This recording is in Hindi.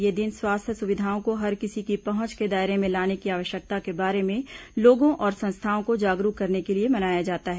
यह दिन स्वास्थ्य सुविधाओं को हर किसी की पहंच के दायरे में लाने की आवश्यकता के बारे में लोगों और संस्थाओं को जागरूक करने के लिए मनाया जाता है